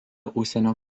užsienio